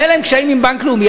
היו להם קשיים עם בנק לאומי,